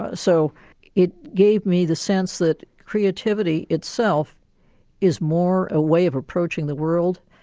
ah so it gave me the sense that creativity itself is more a way of approaching the world,